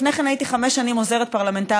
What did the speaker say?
ולפני כן הייתי חמש שנים עוזרת פרלמנטרית.